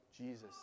Jesus